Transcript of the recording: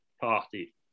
party